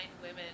women